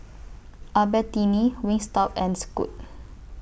Albertini Wingstop and Scoot